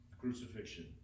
crucifixion